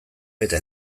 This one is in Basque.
eta